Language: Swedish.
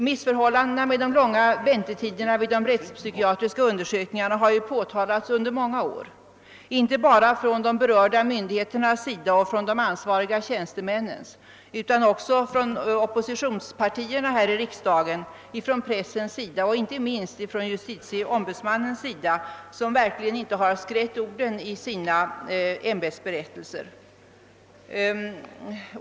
Missförhållandena med de långa väntetiderna vid de rättspsykiatriska undersökningarna har ju påtalats under många år inte bara av berörda myndigheter och ansvariga tjänstemän utan också av oppositionspartierna i riksdagen, av pressen och inte minst av justitieombudsmannen, vilken verkligen inte skrätt orden i sina ämbetsberättelser.